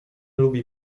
lubi